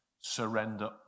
Surrender